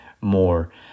more